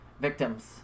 victims